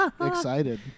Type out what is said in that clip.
excited